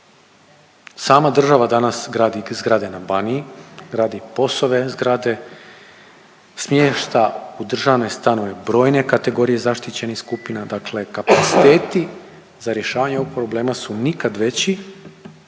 Sama država danas gradi zgrade na Baniji, radi POS-ove zgrade, smješta u državne stanove brojne kategorije zaštićenih skupina, dakle kapaciteti za rješavanje ovog problema su nikad veći,